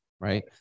right